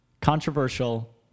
controversial